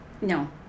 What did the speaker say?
No